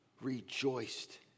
rejoiced